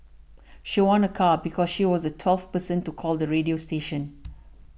she won a car because she was the twelfth person to call the radio station